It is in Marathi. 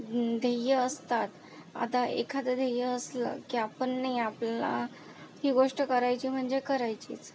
ध्येय असतात आता एखादं ध्येय असलं की आपण नाही आपला ती गोष्ट करायची म्हणजे करायचीच